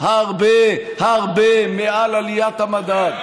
הרבה הרבה מעל עליית המדד.